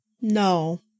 No